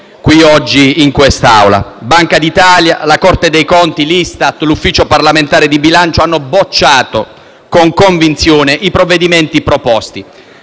oggi in quest'Aula. La Banca d'Italia, la Corte dei conti, l'ISTAT, l'Ufficio parlamentare di bilancio hanno bocciato con convinzione i provvedimenti proposti,